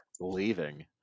leaving